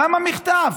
למה מחטף,